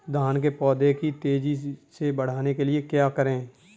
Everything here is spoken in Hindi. धान के पौधे को तेजी से बढ़ाने के लिए क्या करें?